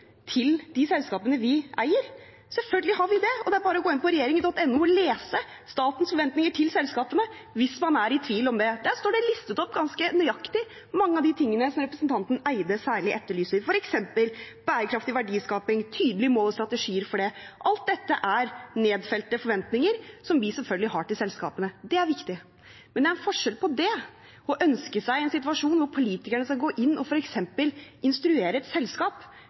til de selskapene vi eier. Selvfølgelig har vi det, det er bare å gå inn på regjeringen.no og lese statens forventninger til selskapene hvis man er i tvil om det. Der står det listet opp ganske nøyaktig mange av de tingene representanten Barth Eide særlig etterlyser, f.eks. bærekraftig verdiskaping, tydelige mål og strategier for det. Alt dette er nedfelte forventninger vi selvfølgelig har til selskapene. Det er viktig, men det er en forskjell på det og å ønske seg en situasjon hvor politikerne skal gå inn og f.eks. instruere et selskap